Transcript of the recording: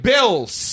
Bills